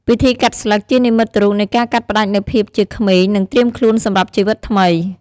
ពិធីកាត់ស្លឹក ជានិមិត្តរូបនៃការកាត់ផ្តាច់នូវភាពជាក្មេង និងត្រៀមខ្លួនសម្រាប់ជីវិតថ្មី។